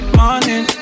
morning